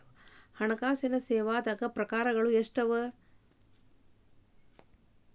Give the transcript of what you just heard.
ಹಣ್ಕಾಸಿನ್ ಸೇವಾದಾಗ್ ಪ್ರಕಾರ್ಗಳು ಎಷ್ಟ್ ಅವ?